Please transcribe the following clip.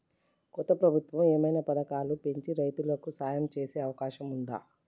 కొత్త ప్రభుత్వం ఏమైనా పథకాలు పెంచి రైతులకు సాయం చేసే అవకాశం ఉందా?